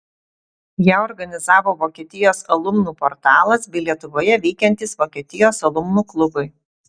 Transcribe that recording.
ją organizavo vokietijos alumnų portalas bei lietuvoje veikiantys vokietijos alumnų klubai